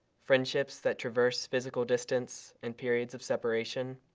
friendships that traverse physical distance and periods of separation.